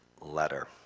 letter